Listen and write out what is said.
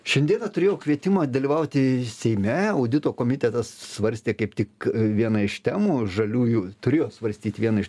šiandieną turėjau kvietimą dalyvauti seime audito komitetas svarstė kaip tik vieną iš temų žaliųjų turėjo svarstyti vieną iš